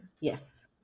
Yes